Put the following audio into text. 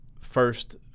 first